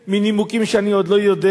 ומנימוקים שאני עוד לא יודע.